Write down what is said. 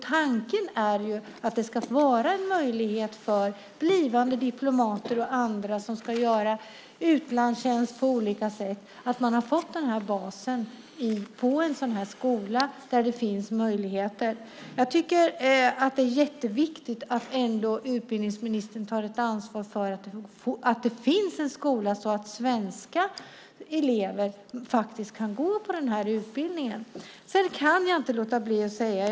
Tanken är ju att det ska vara en möjlighet för blivande diplomater och andra som ska göra utlandstjänst på olika sätt att man har fått basen på en sådan här skola där det finns möjligheter. Jag tycker att det är jätteviktigt att utbildningsministern ändå tar ett ansvar för att det finns en skola så att svenska elever faktiskt kan gå på den här utbildningen. Sedan kan jag inte låta bli att säga en sak.